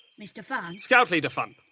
mr funn? scout leader funn.